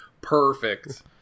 Perfect